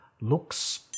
looks